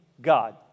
God